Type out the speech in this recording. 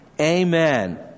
Amen